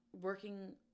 working